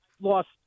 lost